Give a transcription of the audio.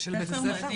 של בית הספר?